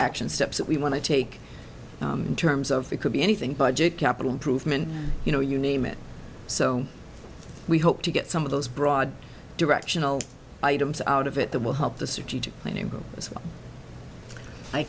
action steps that we want to take in terms of it could be anything budget capital improvement you know you name it so we hope to get some of those broad directional items out of it that will help the city